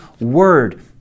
word